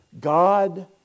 God